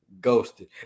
Ghosted